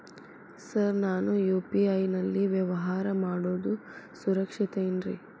Sir ನಾನು UPI ನಲ್ಲಿ ವ್ಯವಹಾರ ಮಾಡೋದು ಸುರಕ್ಷಿತ ಏನ್ರಿ?